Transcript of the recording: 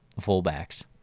fullbacks